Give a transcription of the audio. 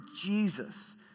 Jesus